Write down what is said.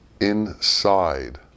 inside